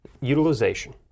utilization